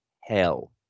hell